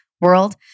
world